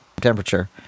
temperature